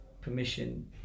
permission